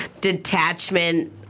detachment